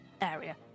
area